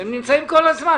הם פה כל הזמן.